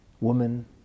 Woman